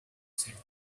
said